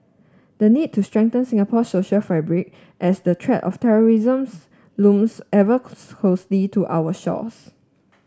the need to strengthen Singapore social fabric as the threat of terrorism's looms ever closely to our shores